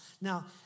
Now